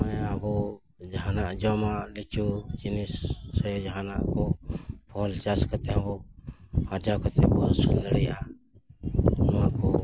ᱱᱚᱜᱼᱚᱭ ᱟᱵᱚ ᱡᱟᱦᱟᱱᱟᱜ ᱡᱚᱢᱟᱜ ᱠᱤᱪᱷᱩ ᱡᱤᱱᱤᱥ ᱥᱮ ᱡᱟᱦᱟᱱᱟᱜ ᱠᱚ ᱯᱷᱚᱞ ᱪᱟᱥ ᱠᱟᱛᱮᱫ ᱦᱚᱸᱵᱚ ᱟᱨᱡᱟᱣ ᱠᱟᱛᱮᱜ ᱵᱚ ᱟᱹᱥᱩᱞ ᱫᱟᱲᱮᱭᱟᱜᱼᱟ ᱱᱚᱣᱟ ᱠᱚ